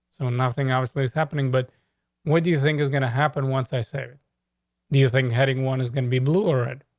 so nothing obviously is happening. but what do you think is gonna happen once i say, do you think heading one is going to be bluer it?